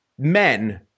Men